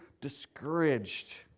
discouraged